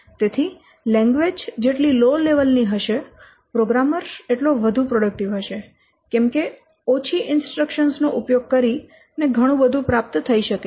તેથી લેંગ્વેજ જેટલી low level ની હશે પ્રોગ્રામર એટલો વધુ પ્રોડક્ટીવ હશે કેમકે ઓછી ઈન્સ્ટ્રક્શન નો ઉપયોગ કરીને ઘણું બધું પ્રાપ્ત થઈ શકે છે